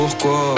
pourquoi